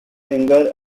singer